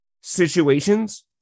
situations